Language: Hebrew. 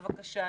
בבקשה,